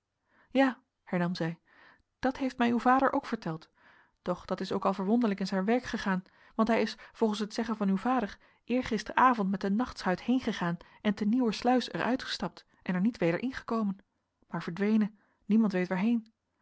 ja hernam zij dat heeft mij uw vader ook verteld doch dat is ook al wonderlijk in zijn werk gegaan want hij is volgens het zeggen van uw vader eergisteravond met de nachtschuit heengegaan en te nieuwersluis er uitgestapt en er niet weder ingekomen maar verdwenen niemand weet waarheen